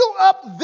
up